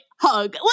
hug